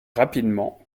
rapidement